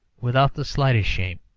without the slightest shame,